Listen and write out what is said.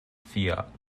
fiat